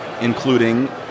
including